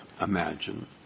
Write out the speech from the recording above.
imagine